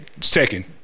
Second